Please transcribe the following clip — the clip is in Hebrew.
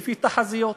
לפי תחזיות.